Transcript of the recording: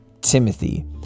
Timothy